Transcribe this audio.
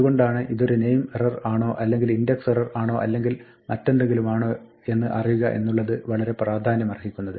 അതുകൊണ്ടാണ് ഇതൊരു name error ആണോ അല്ലെങ്കിൽ ഒരു ഇൻഡക്സ് എറർ ആണോ അല്ലെങ്കിൽ മറ്റെന്തെങ്കിലുമാണോ എന്ന് അറിയുക എന്നുള്ളത് വളരെ പ്രാധാന്യമർഹിക്കുന്നത്